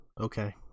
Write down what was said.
Okay